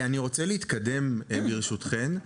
אני רוצה להתקדם ברשותכם.